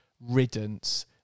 riddance